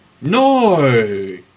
No